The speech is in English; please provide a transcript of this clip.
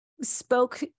spoke